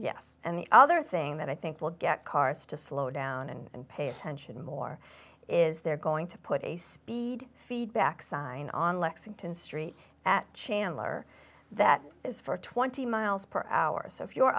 yes and the other thing that i think will get cars to slow down and pay attention more is they're going to put a speed feedback sign on lexington street at chandler that is for twenty miles per hour so if you're